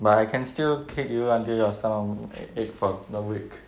but I can still kick you until your stomach ache for the week